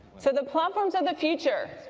so the problems of the future,